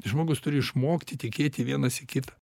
žmogus turi išmokti tikėti vienas į kitą